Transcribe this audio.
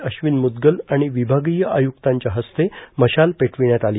अश्विन मुद्गल आणि विभागीय आय्रक्तांच्या हस्ते मशाल पेटविण्यात आली